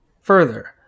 Further